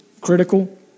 critical